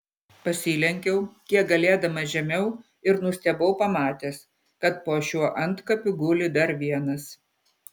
pasilenkiau kiek galėdamas žemiau ir nustebau pamatęs kad po šiuo antkapiu guli dar vienas